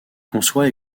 conçoit